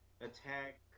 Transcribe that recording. attack